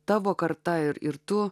tavo karta ir ir tu